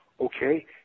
okay